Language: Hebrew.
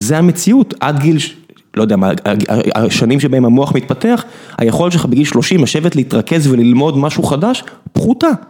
זה המציאות עד גיל, לא יודע מה, השנים שבהם המוח מתפתח, היכולת שלך בגיל 30 לשבת להתרכז וללמוד משהו חדש פחותה.